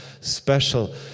special